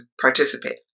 participate